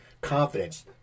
confidence